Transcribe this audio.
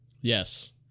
Yes